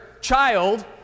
child